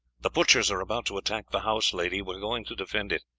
the butchers are about to attack the house, lady we are going to defend it.